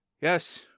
yes